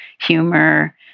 humor